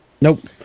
Nope